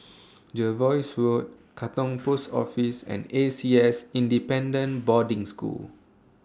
Jervois Road Katong Post Office and A C S Independent Boarding School